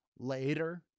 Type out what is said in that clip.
Later